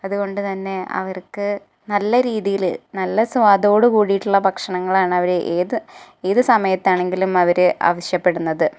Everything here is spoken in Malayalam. അതു കൊണ്ടു തന്നെ അവർക്ക് നല്ല രീതിയിൽ നല്ല സ്വാദോടു കൂടിയിട്ടുള്ള ഭക്ഷണങ്ങളാണ് അവർ ഏത് ഏത് സമയത്താണെങ്കിലും അവർ ആവശ്യപ്പെടുന്നത്